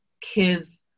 kids